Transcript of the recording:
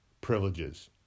privileges